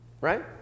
Right